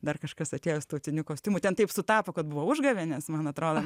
dar kažkas atėjo su tautiniu kostiumu ten taip sutapo kad buvo užgavėnės man atrodo